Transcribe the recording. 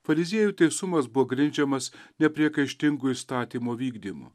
fariziejų teisumas buvo grindžiamas nepriekaištingu įstatymo vykdymu